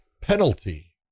penalty